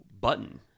button